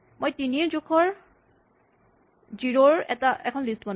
মই তিনি জোখৰ জিৰ' ৰ এখন লিষ্ট বনাম